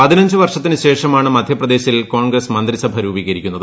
പതിനഞ്ചു വർഷത്തിനുശേഷമാണ് മധ്യപ്രദേശിൽ കോൺഗ്രസ് മന്ത്രിസഭ രൂപീകരിക്കുന്നത്